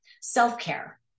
self-care